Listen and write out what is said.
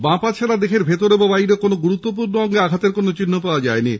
বাঁ পা ছাড়া দেহের ভেতরে ও বাইরে কোনো গুরুত্বপূর্ণ অঙ্গে আঘাতের চিহ্ন পাওয়া যানি